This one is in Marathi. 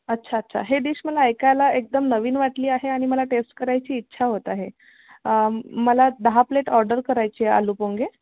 अच्छा अच्छा हे डिश मला ऐकायला एकदम नवीन वाटली आहे आणि मला टेस्ट करायची इच्छा होत आहे मला दहा प्लेट ऑर्डर करायची आहे आलुपोंगे